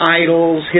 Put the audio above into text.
idols